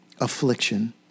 affliction